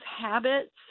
habits